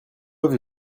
avez